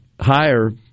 higher